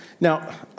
now